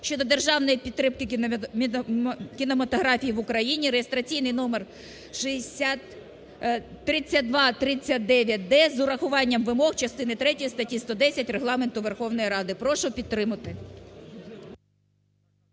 щодо державної підтримки кінематографії в Україні (реєстраційний номер 3239-д) з урахуванням вимог частини третьої статті 110 Регламенту Верховної Ради. Прошу підтримати.